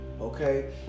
okay